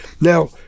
Now